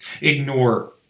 Ignore